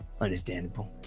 understandable